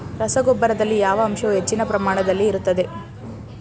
ರಸಗೊಬ್ಬರದಲ್ಲಿ ಯಾವ ಅಂಶವು ಹೆಚ್ಚಿನ ಪ್ರಮಾಣದಲ್ಲಿ ಇರುತ್ತದೆ?